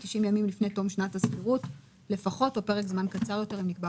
מ-30% משטח הרצפות של הבניין או החלק שאושר